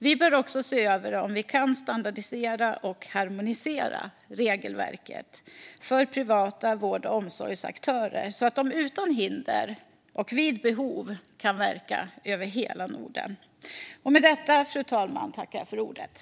Vi bör också se över om vi kan standardisera och harmonisera regelverket för privata vård och omsorgsaktörer så att de utan hinder och vid behov kan verka över hela Norden.